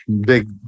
Big